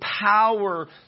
power